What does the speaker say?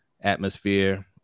atmosphere